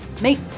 make